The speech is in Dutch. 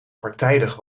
partijdig